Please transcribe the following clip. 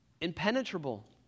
impenetrable